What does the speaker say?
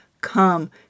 Come